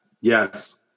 Yes